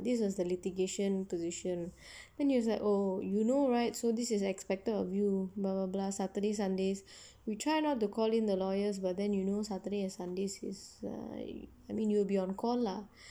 this was the litigation position then he was like oh you know right so this is expected of you blah blah blah saturday sundays we try not to call in the lawyers but then know saturday and sunday is I I mean you'll be on call lah